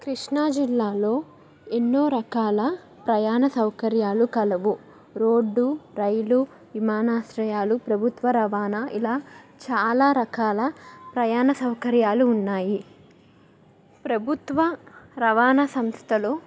కృష్ణాజిల్లాలో ఎన్నో రకాల ప్రయాణ సౌకర్యాలు కలవు రోడ్డు రైలు విమానాశ్రయాలు ప్రభుత్వ రవాణా ఇలా చాలా రకాల ప్రయాణ సౌకర్యాలు ఉన్నాయి ప్రభుత్వ రవాణా సంస్థలు